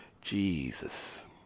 jesus